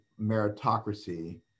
meritocracy